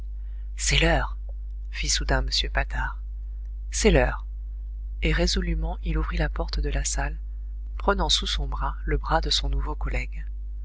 c'est l'heure fit soudain m patard c'est l'heure et résolument il ouvrit la porte de la salle prenant sous son bras le bras de son nouveau collègue